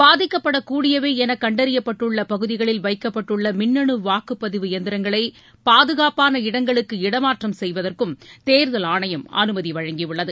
பாதிக்கப்படகூடியவை என கண்டறியப்பட்டுள்ள பகுதிகளில் வைக்கப்பட்டுள்ள மின்னனு வாக்குப்பதிவு எந்திரங்களை பாதுகாப்பான இடங்களுக்கு இடமாற்றம் செய்வதற்கும் தேர்தல் ஆணையம் அனுமதி வழங்கி உள்ளது